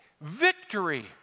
Victory